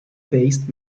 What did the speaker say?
based